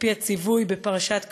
על-פי הציווי בפרשת קדושים: